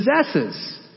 possesses